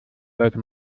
sollte